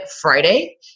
Friday